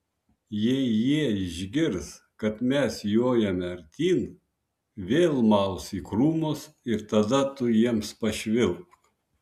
jei jie išgirs kad mes jojame artyn vėl maus į krūmus ir tada tu jiems pašvilpk